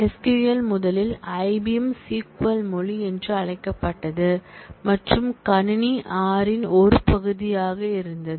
SQL முதலில் IBM sequel மொழி என்று அழைக்கப்பட்டது மற்றும் கணினி R இன் ஒரு பகுதியாக இருந்தது